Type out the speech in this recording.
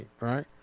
right